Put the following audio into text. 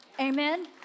Amen